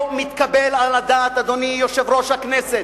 לא מתקבל על הדעת, אדוני יושב-ראש הכנסת,